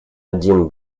один